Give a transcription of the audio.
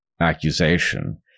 accusation